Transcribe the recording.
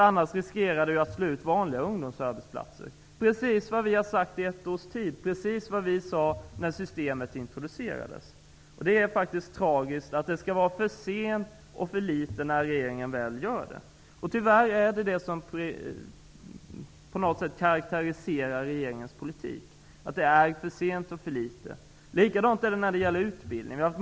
Annars riskerar de att slå ut vanliga ungdomsarbetsplatser. Precis vad vi har sagt i ett års tid. Precis vad vi sade när systemet introducerades. Det är faktiskt tragiskt att det skall vara för sent och för litet när regeringen väl gör något. Tyvärr karaktäriserar detta på något sätt regeringens politik, det är för sent och för litet. Likadant är det när det gäller utbildning.